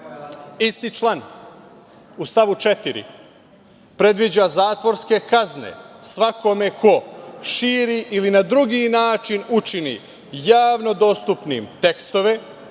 član u stavu 4. predviđa zatvorske kazne svakome ko širi ili na drugi način učini javno dostupnim tekstove,